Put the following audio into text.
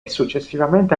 successivamente